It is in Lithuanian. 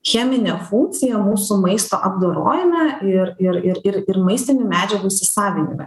cheminę funkciją mūsų maisto apdorojime ir ir ir ir ir maistinių medžiagų įsisavinime